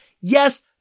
Yes